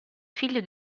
figlio